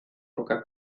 coca